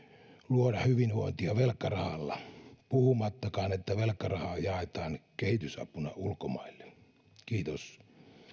luoda hyvinvointia velkarahalla puhumattakaan siitä että velkarahaa jaetaan kehitysapuna ulkomaille kiitos